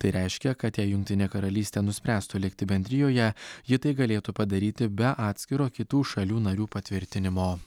tai reiškia kad jei jungtinė karalystė nuspręstų likti bendrijoje ji tai galėtų padaryti be atskiro kitų šalių narių patvirtinimo